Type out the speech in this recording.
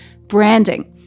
branding